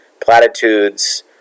platitudes